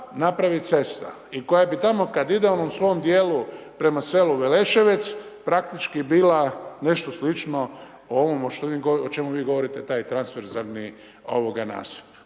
napravi cesta. I koja bi tamo kada idemo u svom dijelu prema selu Veleševec, praktički bila nešto slično o ovome o čemu vi govorite taj transferzarni nasip.